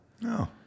no